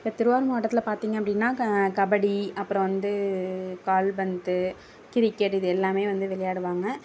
இப்போ திருவாரூர் மாவட்டத்தில் பார்த்திங்க அப்படினா கபடி அப்றம் வந்து கால்பந்து கிரிக்கெட் இது எல்லாமே வந்து விளையாடுவாங்க